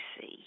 see